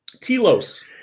telos